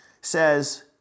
says